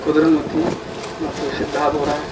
ಕುದ್ರೆಮೂತಿ ಮತ್ತು ಶಿದ್ಧಾಬೋರ